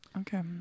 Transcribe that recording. okay